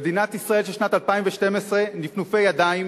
במדינת ישראל של שנת 2012 נפנופי ידיים